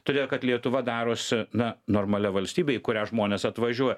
todėl kad lietuva darosi na normalia valstybe į kurią žmonės atvažiuoja